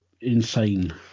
insane